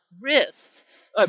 risks